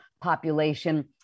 population